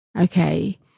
Okay